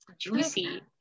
juicy